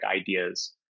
ideas